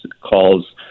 calls